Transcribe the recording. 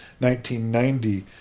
1990